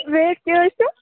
rate کیٛاہ حظ چھِ